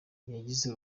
yagize